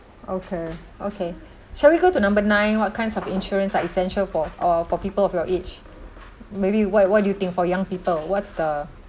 okay okay shall we go to number nine what kinds of insurance are essential for or for people of your age maybe what what do you think for young people what's the